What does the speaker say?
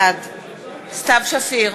בעד סתיו שפיר,